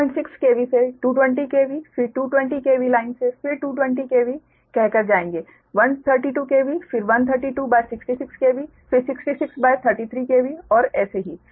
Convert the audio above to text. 106 kV to 220 kV फिर 220 kV line से फिर 220 kV कहकर जाएंगे 132 kV फिर 13266 kV फिर 6633 kV और ऐसे ही